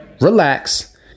relax